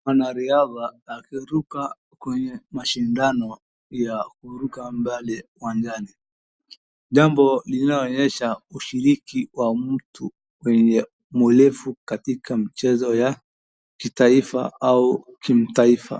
Mwanariadha akiruka kwenye mashindano ya kuruka mbali uwanjani, jambo linaloonyesha ushiriki wa mtu kwenye urefu katika michezo ya kitaifa au kimataifa.